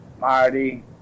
Marty